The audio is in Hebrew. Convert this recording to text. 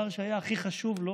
והדבר שהיה הכי חשוב לו